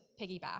piggyback